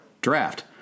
Draft